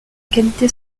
qualité